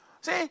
See